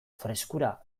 freskura